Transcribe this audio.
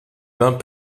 vins